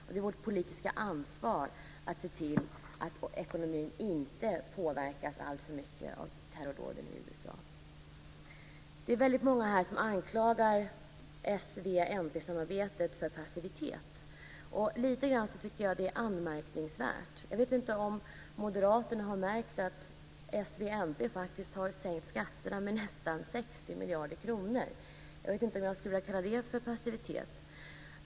Det är vårt politiska ansvar att se till att ekonomin inte påverkas alltför mycket av terrordåden i USA. Det är väldigt många här som anklagar s-v-mpsamarbetet för passivitet. Jag tycker att det är lite anmärkningsvärt. Jag vet inte om Moderaterna har märkt att s-v-mp faktiskt har sänkt skatterna med nästan 60 miljarder kronor. Jag vet inte om jag skulle vilja kalla det för passivitet.